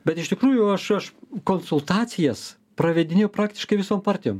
bet iš tikrųjų aš aš konsultacijas pravedinėjau praktiškai visom partijom